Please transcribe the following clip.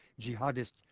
jihadist